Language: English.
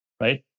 right